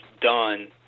done